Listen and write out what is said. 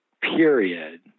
period